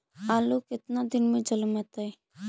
आलू केतना दिन में जलमतइ?